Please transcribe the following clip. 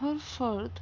ہر فرد